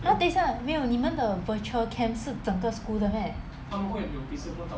!huh! 等一下没有你们的 virtual camp 是整个 school 的 meh